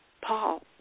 Paul